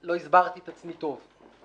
שלא הסברתי את עצמי היטב.